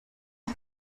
las